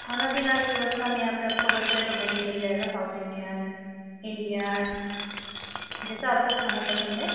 खाना पीना की वेवस्था में यहाँ पे आपको हर तरह का व्यंजन मिल जाएगा साउथ इंडियन इंडियन जैसा आपको खाना पसंद है